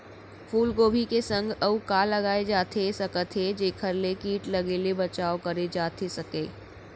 फूलगोभी के संग अऊ का लगाए जाथे सकत हे जेखर ले किट लगे ले बचाव करे जाथे सकय?